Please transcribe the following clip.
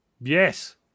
Yes